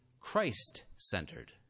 Christ-centered